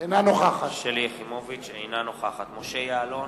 אינה נוכחת משה יעלון,